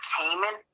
entertainment